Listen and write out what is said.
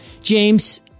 James